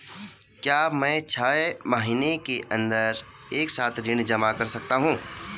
क्या मैं छः महीने के अन्दर एक साथ ऋण जमा कर सकता हूँ?